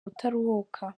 ubutaruhuka